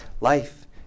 life